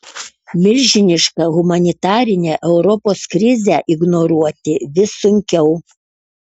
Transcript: milžinišką humanitarinę europos krizę ignoruoti vis sunkiau